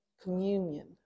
communion